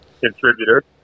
contributor